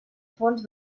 fons